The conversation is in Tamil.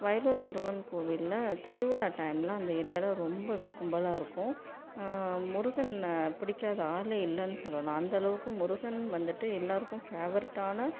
வயலூர் முருகன் கோவில்ல திருவிழா டைம்ல அந்த ஏரியாவில ரொம்பவே கும்பலாக இருக்கும் முருகன் பிடிக்காத ஆளே இல்லைன்னு சொல்லலாம் அந்த அளவுக்கு முருகன் வந்துவிட்டு எல்லாருக்கும் ஃபேவரெட்டான